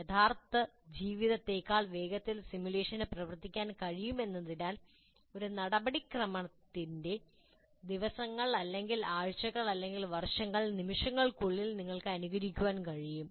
യഥാർത്ഥ ജീവിതത്തേക്കാൾ വേഗത്തിൽ സിമുലേഷന് പ്രവർത്തിക്കാൻ കഴിയുമെന്നതിനാൽ ഒരു നടപടിക്രമത്തിൻ്റെ ദിവസങ്ങൾ ആഴ്ചകൾ വർഷങ്ങൾ നിമിഷങ്ങൾക്കുള്ളിൽ നിങ്ങൾക്ക് അനുകരിക്കാൻ കഴിയും